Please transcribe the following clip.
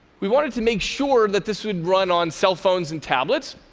we wanted to make sure that this would run on cell phones and tablets,